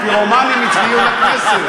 הפירומנים הגיעו לכנסת.